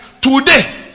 today